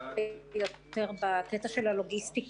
אחת --- יותר בלוגיסטיקה.